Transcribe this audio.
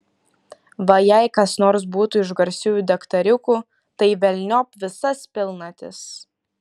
va jei kas nors būtų iš garsiųjų daktariukų tai velniop visas pilnatis